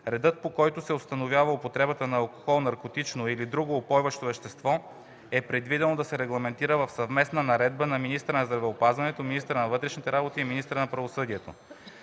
Редът, по който се установява употребата на алкохол, наркотично или друго упойващо вещество, е предвидено да се регламентира в съвместна наредба на министъра на здравеопазването, министъра на вътрешните работи и министъра на правосъдието.